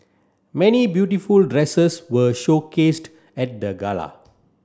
many beautiful dresses were showcased at the gala